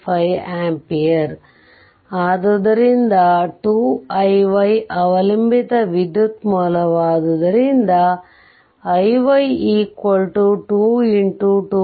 5 ampere ಆದ್ದರಿಂದ 2 iy ಅವಲಂಬಿತ ವಿದ್ಯುತ್ ಮೂಲವಾದುದರಿಂದ iy 2 x 2